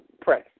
press